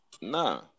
nah